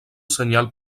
senyal